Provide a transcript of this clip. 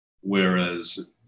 Whereas